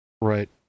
Right